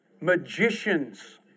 Magicians